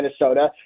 Minnesota